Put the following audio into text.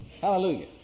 Hallelujah